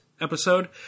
episode